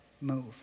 move